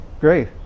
Great